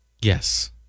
Yes